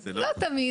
הבנתי,